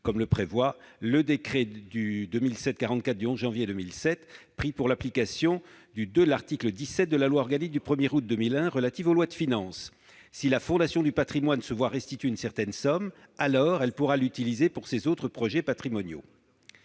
comme le prévoit le décret du 11 janvier 2007 pris pour l'application de l'article 17 de la loi organique du 1 août 2001 relative aux lois de finances. Si la Fondation du patrimoine se voit restituer une certaine somme, elle pourra l'utiliser pour ses autres projets patrimoniaux.